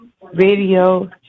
radio